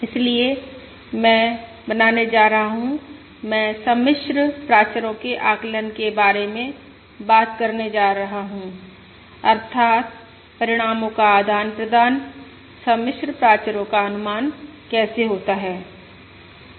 इसलिए मैं बनाने जा रहा हूं मैं सम्मिश्र प्राचरो के आकलन के बारे में बात करने जा रहा हूं अर्थात् परिणामों का आदान प्रदान सम्मिश्र प्राचरो का अनुमान कैसे होता है